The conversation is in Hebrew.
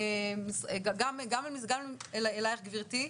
גם אליך גברתי,